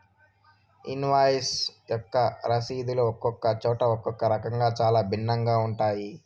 invoice యొక్క రసీదులు ఒక్కొక్క చోట ఒక్కో రకంగా చాలా భిన్నంగా ఉంటాయి